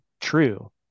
true